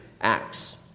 Acts